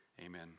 Amen